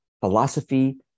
philosophy